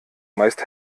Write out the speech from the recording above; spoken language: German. meist